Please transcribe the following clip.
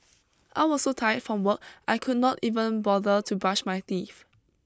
I was so tired from work I could not even bother to brush my teeth